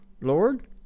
Lord